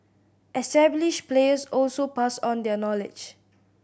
established players also pass on their knowledge